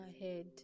ahead